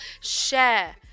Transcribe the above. share